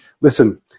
Listen